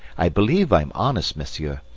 i believe i'm honest, monsieur,